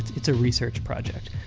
it's a research project.